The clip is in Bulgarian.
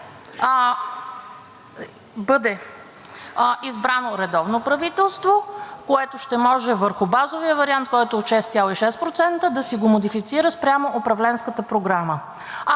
бъде избрано редовно правителство, което ще може върху базовия вариант, който е от 6,6%, да си го модифицира спрямо управленската програма.